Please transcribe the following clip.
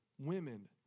Women